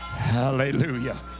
Hallelujah